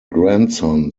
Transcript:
grandson